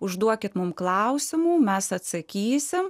užduokit mums klausimų mes atsakysime